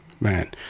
man